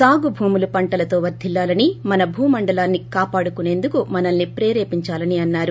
సాగు భూములు పంటలతో వర్ధిల్లాలని మన భూమండలాన్ని కాపాడుకునేందుకు మనల్ని ప్రేరేపించాలని అన్నారు